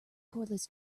cordless